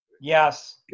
Yes